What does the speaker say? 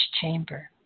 chamber